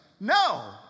no